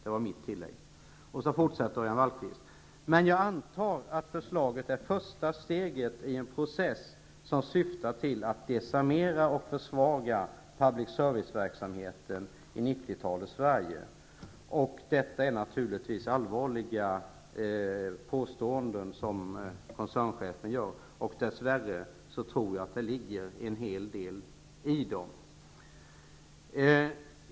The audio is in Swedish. Örjan Wallqvist fortsätter: ''Men jag antar att förslaget är första steget i en process som syftar till att desarmera och försvaga public service-verksamheten i 90-talets Sverige.'' Det är naturligtvis allvarliga påståenden som koncernchefen kommer med. Dess värre tror jag att det ligger en hel del i dem.